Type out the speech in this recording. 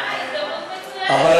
יש לך הרבה עבודה, תאמין לי, למה?